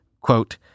Quote